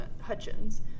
Hutchins